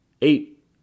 Eight